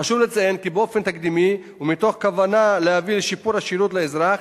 חשוב לציין כי באופן תקדימי ומתוך כוונה להביא לשיפור השירות לאזרח,